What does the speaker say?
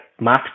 math